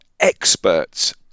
experts